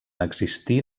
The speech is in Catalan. existir